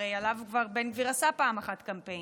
הרי עליו כבר בן גביר עשה פעם אחת קמפיין.